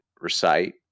recite